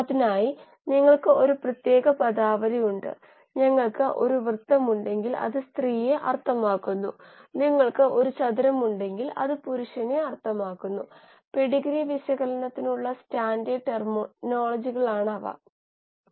അടിസ്ഥാന തലത്തിൽ നിന്ന് എന്തും മനസിലാക്കുന്നത് ഉറപ്പുള്ള മെച്ചപ്പെടുത്തലിന് എപ്പോഴും വളരെ നല്ലതാണ് അതാണ് നമ്മൾ ഇവിടെ ചെയ്യാൻ പോകുന്നത്